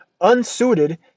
Unsuited